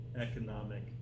economic